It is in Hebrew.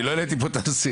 אני לא העלית פה --- נכון.